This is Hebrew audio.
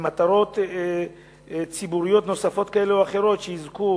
למטרות ציבוריות נוספות כאלה או אחרות שיזכו